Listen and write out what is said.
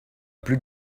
plus